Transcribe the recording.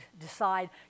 decide